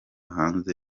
hanze